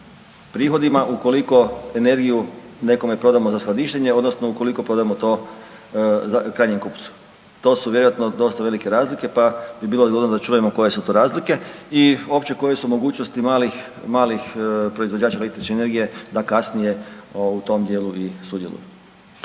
prihodima ukoliko energiju nekome prodamo za skladištenje odnosno ukoliko prodamo to krajnjem kupcu. To su vjerojatno dosta velike razlike pa bi bilo dobro da čujemo koje su to razlike. I opće koje su mogućnosti malih, malih proizvođača električne energije da kasnije u tom djelu i sudjeluju.